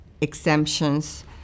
exemptions